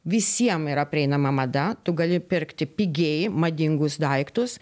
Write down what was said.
visiem yra prieinama mada tu gali pirkti pigiai madingus daiktus